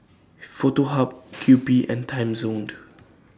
Foto Hub Kewpie and Timezone